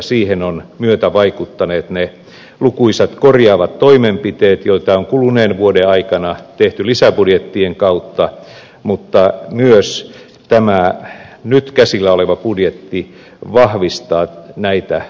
siihen ovat myötävaikuttaneet ne lukuisat korjaavat toimenpiteet joita on kuluneen vuoden aikana tehty lisäbudjettien kautta mutta myös tämä nyt käsillä oleva budjetti vahvistaa näitä panostuksia